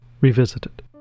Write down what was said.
Revisited